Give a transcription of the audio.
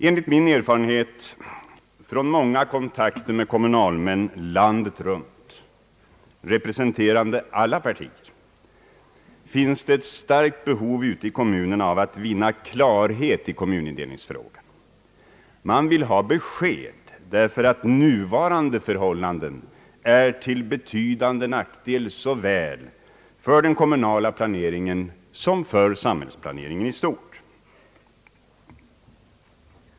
Enligt min erfarenhet från många kontakter med kommunalmän landet runt representerande alla partier finns i kommunerna ett starkt behov att få klarhet i kommunindelningsfrågan. Man vill ha besked, därför att nuvarande förhållanden är till betydande nackdel såväl för den kommunala planeringen som för samhällsplaneringen 1 stort.